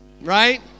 right